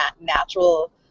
natural